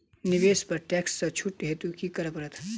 निवेश पर टैक्स सँ छुट हेतु की करै पड़त?